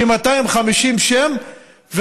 כ-250 שמות,